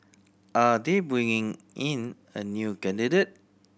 are they bringing in a new candidate